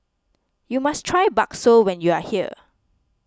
you must try Bakso when you are here